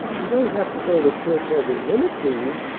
we don't have to go to church every minute, do we?